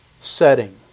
setting